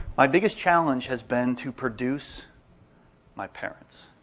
my biggest challenge has been to produce my parents.